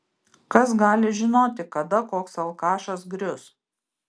kas gali žinoti kada koks alkašas grius